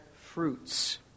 fruits